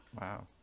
Wow